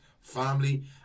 family